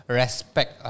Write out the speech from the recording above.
respect